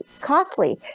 costly